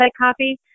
copy